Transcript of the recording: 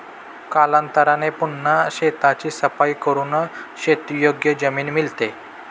कालांतराने पुन्हा शेताची सफाई करून शेतीयोग्य जमीन मिळते